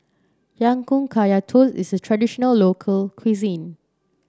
Ya Kun Kaya Toast is a traditional local cuisine